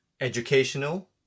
educational